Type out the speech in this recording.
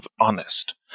honest